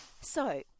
So-